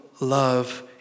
love